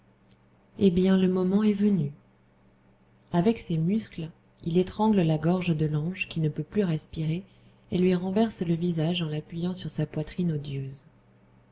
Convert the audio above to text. eh bien le moment est venu avec ses muscles il étrangle la gorge de l'ange qui ne peut plus respirer et lui renverse le visage en l'appuyant sur sa poitrine odieuse